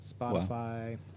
Spotify